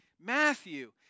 Matthew